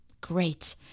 Great